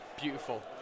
beautiful